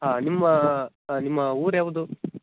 ಹಾಂ ನಿಮ್ಮ ನಿಮ್ಮ ಊರು ಯಾವುದು